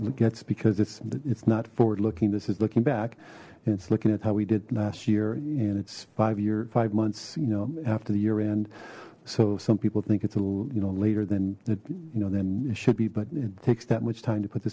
it gets because it's it's not forward looking this is looking back and it's looking at how we did last year and its five year five months you know after the year end so some people think it's a little you know later than that you know then it should be but it takes that much time to put th